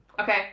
Okay